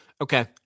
Okay